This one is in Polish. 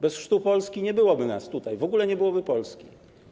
Bez chrztu Polski nie byłoby nas tutaj, w ogóle nie byłoby Polski.